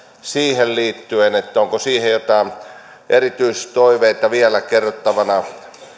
siihen liittyen onko siihen joitain erityistoiveita vielä kerrottavana